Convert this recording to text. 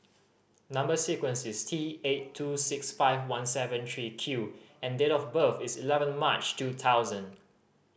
number sequence is T eight two six five one seven three Q and date of birth is eleven March two thousand